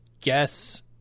guess